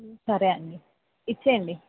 సరే అండి ఇచ్చెయ్యండి